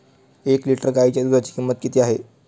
एक लिटर गाईच्या दुधाची किंमत किती आहे?